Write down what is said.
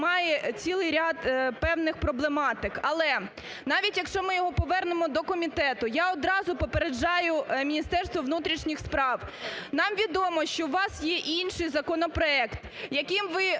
має цілий ряд певних проблематик. Але навіть якщо ми його повернемо до комітету, я одразу попереджаю Міністерство внутрішніх справ, нам відомо, що у вас є інший законопроект, яким ви